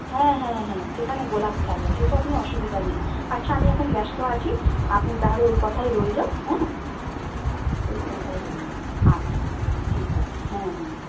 হ্যাঁ হ্যাঁ হ্যাঁ সেখানে গোলাপ থাকবে সেসব নিয়ে অসুবিধা নেই আচ্ছা আমি এখন ব্যস্ত আছি আপনি তাহলে ওই কথাই রইল হ্যাঁ ওই কথাই রইল আচ্ছা ঠিক আছে হ্যাঁ হ্যাঁ হ্যাঁ